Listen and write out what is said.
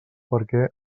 perquè